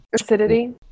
acidity